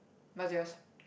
what's yours